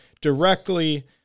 directly